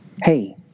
hey